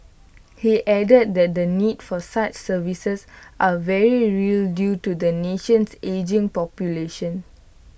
he added that the need for such services are very real due to the nation's ageing population